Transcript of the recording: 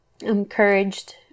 encouraged